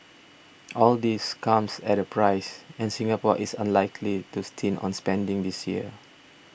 all this comes at a price and Singapore is unlikely to stint on spending this year